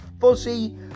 fuzzy